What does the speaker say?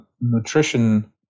nutrition